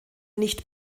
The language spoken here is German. nicht